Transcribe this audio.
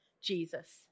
Jesus